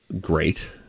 Great